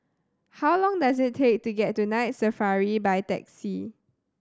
how long does it take to get to Night Safari by taxi